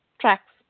tracks